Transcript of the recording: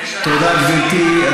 תודה, גברתי.